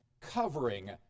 covering